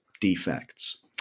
defects